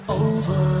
over